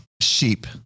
Sheep